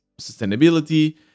sustainability